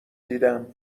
دیدم